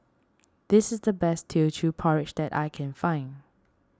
this is the best Teochew Porridge that I can find